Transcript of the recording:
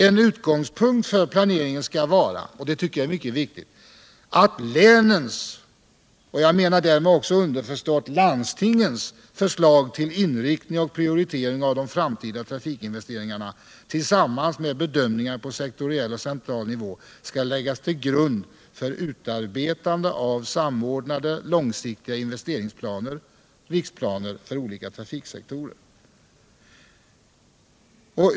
En utgångspunkt för planeringen skall vara — och det tycker jag är mycket viktigt — att länens, jag menar härmed också underförstått landstingens, förslag till inriktning och prioritering av de framtida trafikinvesteringarna tillsammas med bedömningar på sektoriell och central nivå skall läggas till grund för utarbetande av samordnade långsiktiga investeringsplaner — riksplaner — för olika trafiksektorer.